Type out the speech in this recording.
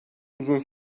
uzun